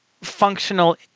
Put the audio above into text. functional